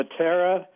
Matera